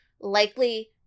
likely